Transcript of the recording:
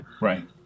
Right